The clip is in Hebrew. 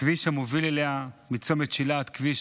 הכביש המוביל אליה מצומת שילת הוא כביש